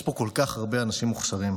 יש פה כל כך הרבה אנשים מוכשרים.